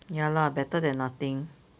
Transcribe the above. ya lah better than nothing